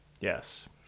Yes